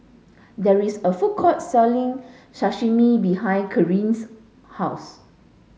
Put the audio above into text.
there is a food court selling Sashimi behind Karyn's house